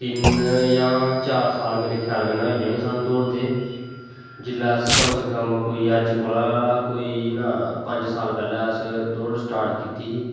तिन्न जां चार साल साह्नू होईये होनें साह्नू दौड़दे जिसलै अस कम से कम कोई अज कोला कोई ना पंज साल पैह्लै अस दौड़ स्टार्ट कीती ही